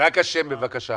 לנוסח